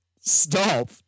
Stop